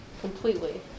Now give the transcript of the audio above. Completely